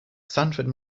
sanford